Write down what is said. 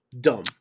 dumb